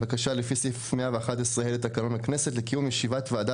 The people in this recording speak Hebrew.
בקשה לפי סעיף 111 לתקנון הכנסת לקיום ישיבת ועדה